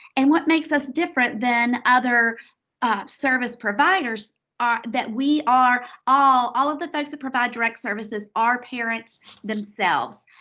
and what makes us different than other ah service providers are that we are, all all of the folks that provide direct services are parents themselves,